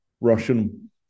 Russian